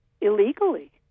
illegally